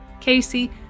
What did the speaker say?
Casey